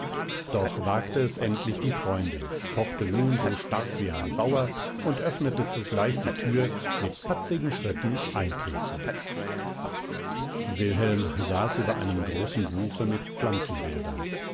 doch wagte es endlich die freundin pochte nun so stark wie ein bauer und öffnete zugleich die tür mit patzigen schritten eintretend wilhelm saß über einem großen buche mit